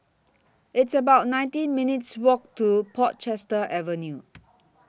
It's about nineteen minutes' Walk to Portchester Avenue